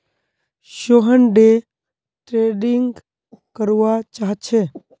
Sohan day trading करवा चाह्चे